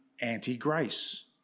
anti-grace